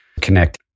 connect